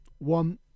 One